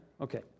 Okay